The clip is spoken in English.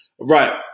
Right